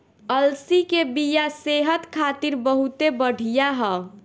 अलसी के बिया सेहत खातिर बहुते बढ़िया ह